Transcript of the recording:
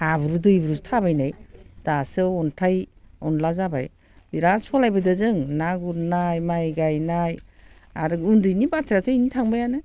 हाब्रु दैब्रुसो थाबायनाय दासो अन्थाय अनला जाबाय बिराद सालायबोदों जों ना गुरनाय माइ गाइनाय आरो उन्दैनि बाथ्रायाथ' बिनो थांबायानो